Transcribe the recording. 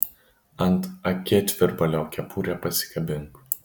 ant akėtvirbalio kepurę pasikabink